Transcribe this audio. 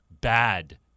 Bad